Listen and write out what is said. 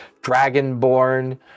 dragonborn